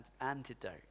antidote